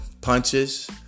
punches